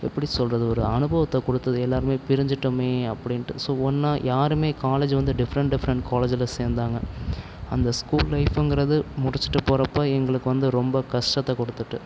எப்படி சொல்வது ஒரு அனுபவத்தை கொடுத்தது எல்லோருமே பிரிஞ்சுட்டோமே அப்படின்ட்டு ஸோ ஒன்றா யாரும் காலேஜ் வந்து டிஃப்ரெண்ட் டிஃப்ரெண்ட் காலேஜில் சேர்ந்தாங்க அந்த ஸ்கூல் லைஃப்ங்கிறது முடிச்சுட்டு போறப்போ எங்களுக்கு வந்து ரொம்ப கஷ்டத்தை கொடுத்துட்டு